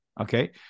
Okay